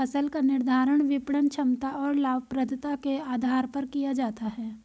फसल का निर्धारण विपणन क्षमता और लाभप्रदता के आधार पर किया जाता है